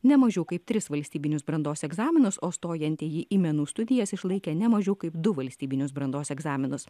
ne mažiau kaip tris valstybinius brandos egzaminus o stojantieji į menų studijas išlaikė ne mažiau kaip du valstybinius brandos egzaminus